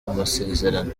amasezerano